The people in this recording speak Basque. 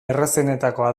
errazenetakoa